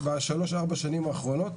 בשלוש-ארבע השנים האחרונות.